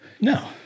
No